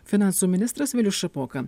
finansų ministras vilius šapoka